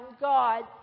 God